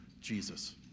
Jesus